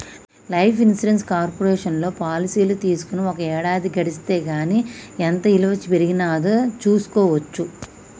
life insurance కార్పొరేషన్లో పాలసీలు తీసుకొని ఒక ఏడాది గడిస్తే గానీ ఎంత ఇలువ పెరిగినాదో చూస్కోవచ్చు